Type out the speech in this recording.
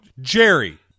jerry